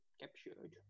Captured